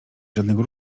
żadnego